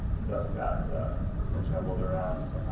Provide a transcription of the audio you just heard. stuff got jumbled around